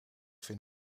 vind